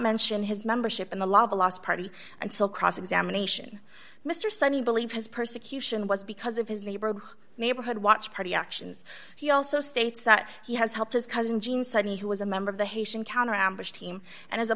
mention his membership in the law of the last party until cross examination mr sunny believes his persecution was because of his neighbor neighborhood watch party actions he also states that he has helped his cousin jean sunny who was a member of the haitian counter ambush team and as a